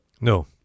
No